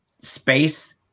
Space